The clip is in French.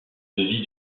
vie